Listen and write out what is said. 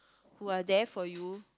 who are there for you